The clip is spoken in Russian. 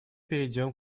перейдем